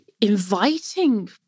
inviting